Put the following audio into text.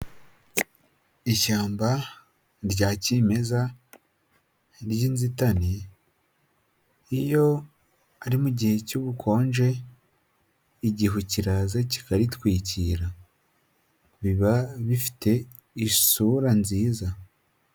Ishyamba rya kimeza ry'inzitane iyo ari mu gihe cy'ubukonje igihu kiraza kikaritwikira biba bifite isura nziza.